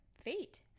fate